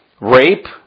Rape